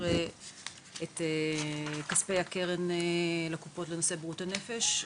את כספי הקרן לקופות בנושא בריאות הנפש,